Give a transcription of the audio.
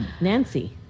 Nancy